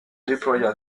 déploya